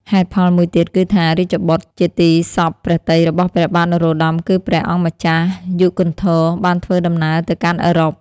ហេតុផលមួយទៀតគឺថា រាជបុត្រជាទីសព្វព្រះទ័យរបស់ព្រះបាទនរោត្តម គឺព្រះអង្គម្ចាស់យុគន្ធរ បានធ្វើដំណើរទៅកាន់អឺរ៉ុប។